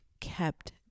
kept